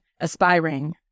aspiring